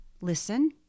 listen